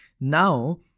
now